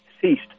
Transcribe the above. ceased